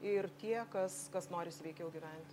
ir tie kas kas nori sveikiau gyventi